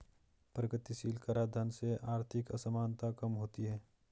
प्रगतिशील कराधान से आर्थिक असमानता कम होती है